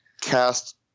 cast